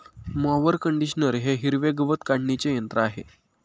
mower कंडिशनर हे हिरवे गवत काढणीचे यंत्र आहे